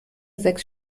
sechs